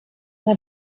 bei